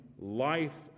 life